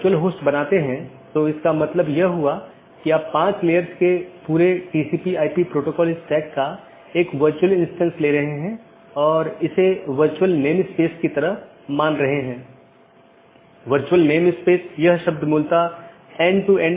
network layer की जानकारी क्या है इसमें नेटवर्क के सेट होते हैं जोकि एक टपल की लंबाई और उपसर्ग द्वारा दर्शाए जाते हैं जैसा कि 14 202 में 14 लम्बाई है और 202 उपसर्ग है और यह उदाहरण CIDR रूट है